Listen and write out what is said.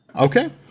Okay